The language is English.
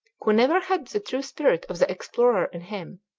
who never had the true spirit of the explorer in him,